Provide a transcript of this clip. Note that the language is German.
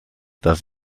das